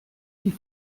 die